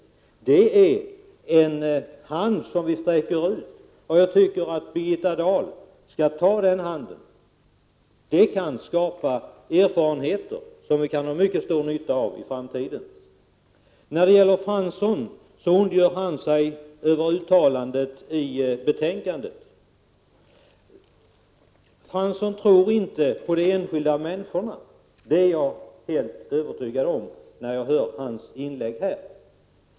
Det är en hand som vi sträcker ut, och jag tycker att Birgitta Dahl skall ta den handen. Det kan skapa erfarenheter som vi kan ha mycket stor nytta av i framtiden. Jan Fransson ondgör sig över uttalandet i betänkandet. Han tror inte på de enskilda människorna, det är jag helt övertygad om när jag hör hans inlägg här.